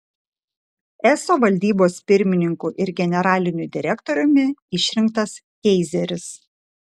eso valdybos pirmininku ir generaliniu direktoriumi išrinktas keizeris